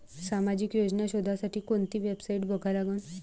सामाजिक योजना शोधासाठी कोंती वेबसाईट बघा लागन?